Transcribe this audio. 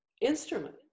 instrument